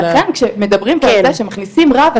על ה- -- אבל גם שמדברים פה על זה שמכניסים רב,